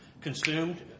consumed